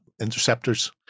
interceptors